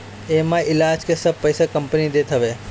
एमे इलाज के सब पईसा कंपनी देत हवे